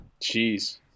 Jeez